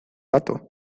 pato